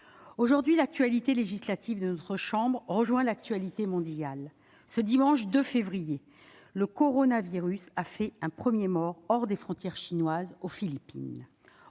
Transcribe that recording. Aujourd'hui, l'actualité législative de notre chambre rejoint l'actualité mondiale. Ce dimanche 2 février 2020, le coronavirus a fait un premier mort hors des frontières chinoises, aux Philippines.